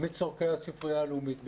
מצורכי הספרייה הלאומית בלבד.